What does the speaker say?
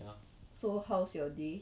so how's your day